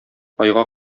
айга